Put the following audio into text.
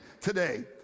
today